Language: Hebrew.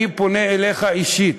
אני פונה אליך אישית: